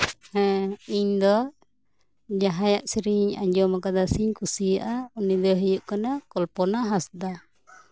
ᱦᱮᱸ ᱤᱧᱫᱚ ᱡᱟᱦᱟᱸᱭᱟᱜ ᱥᱮᱨᱮᱧ ᱤᱧ ᱟᱸᱡᱚᱢ ᱟᱠᱟᱫᱟᱹᱧ ᱥᱮᱧ ᱠᱩᱥᱤᱭᱟᱜ ᱩᱱᱤ ᱫᱚᱭ ᱦᱩᱭᱩᱜ ᱠᱟᱱᱟ ᱠᱚᱞᱯᱚᱱᱟ ᱦᱟᱸᱥᱫᱟ